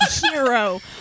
hero